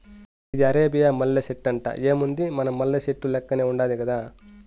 ఇది అరేబియా మల్లె సెట్టంట, ఏముంది మన మల్లె సెట్టు లెక్కనే ఉండాది గదా